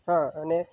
હા અને